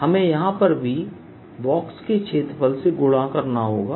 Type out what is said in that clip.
हमें यहां पर भी बॉक्स के क्षेत्रफल से गुणा करना होगा